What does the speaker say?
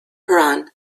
koran